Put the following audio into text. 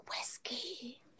whiskey